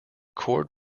cord